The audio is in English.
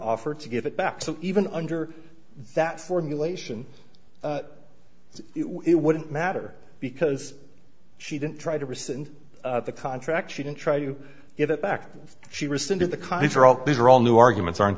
offered to give it back to even under that formulation so it wouldn't matter because she didn't try to rescind the contract she didn't try to get it back she rescinded the cons are all these are all new arguments aren't